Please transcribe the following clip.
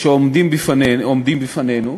שעומדים בפנינו.